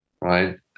right